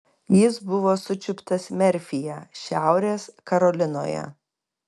jis buvo sučiuptas merfyje šiaurės karolinoje